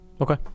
Okay